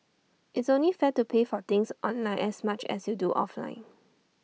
it's only fair to pay for things online as much as you do offline